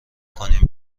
کنیم